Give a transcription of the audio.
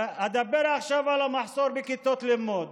אדבר עכשיו על המחסור בכיתות הלימוד.